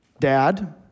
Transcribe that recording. dad